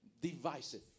Divisive